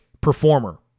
performer